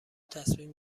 تصمیم